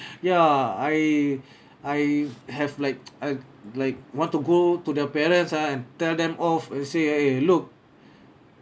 ya I I have like uh like want to go to the parents ah and tell them off and say ah !hey! look